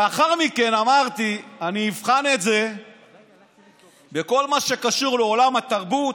לאחר מכן אמרתי שאבחן את זה בכל מה שקשור לעולם התרבות,